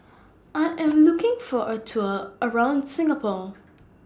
I Am looking For A Tour around Singapore